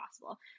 possible